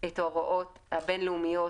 את ההוראות הבין-לאומיות